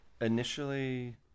initially